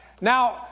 Now